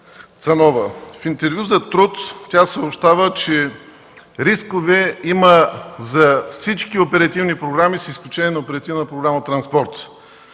В интервю за „Труд” тя съобщава, че рискове има за всички оперативни програми, с изключение на Оперативна програма „Транспорт”,